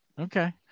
Okay